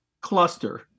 cluster